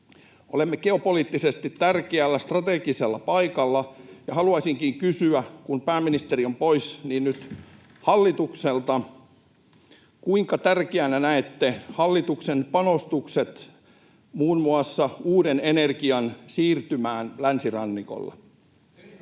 Olemme geopoliittisesti tärkeällä strategisella paikalla, ja haluaisinkin kysyä — kun pääministeri on pois — nyt hallitukselta: kuinka tärkeänä näette hallituksen panostukset muun muassa uuden energian siirtymään länsirannikolle?